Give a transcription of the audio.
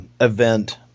event